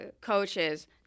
coaches